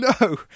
No